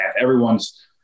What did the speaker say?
Everyone's